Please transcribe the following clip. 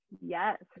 Yes